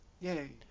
Yay